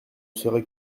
serait